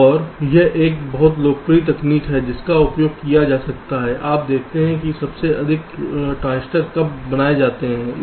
और यह एक बहुत लोकप्रिय तकनीक भी है जिसका उपयोग किया जाता है आप देखते हैं कि सबसे अधिक ट्रांजिस्टर कब बनाए जाते हैं